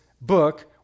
book